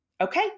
Okay